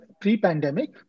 pre-pandemic